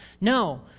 No